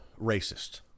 racist